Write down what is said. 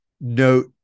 note